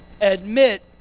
admit